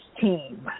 team